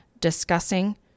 discussing